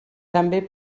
també